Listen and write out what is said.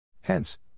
Hence